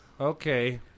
okay